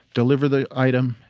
deliver the item,